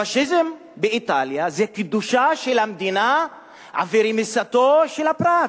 פאשיזם באיטליה זה קדושה של המדינה ורמיסתו של הפרט,